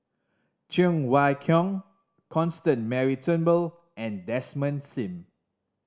Cheng Wai Keung Constance Mary Turnbull and Desmond Sim